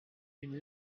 une